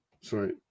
sorry